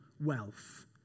wealth